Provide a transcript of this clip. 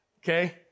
okay